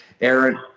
Aaron